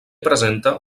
presenta